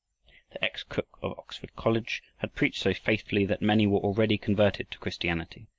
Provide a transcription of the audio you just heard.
the ex-cook of oxford college had preached so faithfully that many were already converted to christianity,